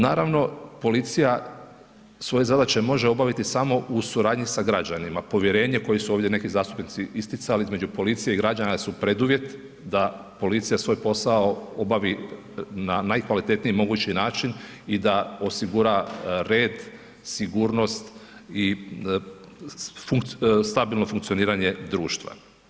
Naravno policija svoje zadaće može obaviti samo u suradnji sa građanima, povjerenje koje su ovdje neki zastupnici isticali između policije i građana su preduvjet da policija svoj posao obavi na najkvalitetniji mogući način i da osigura red, sigurnost i stabilno funkcioniranje društva.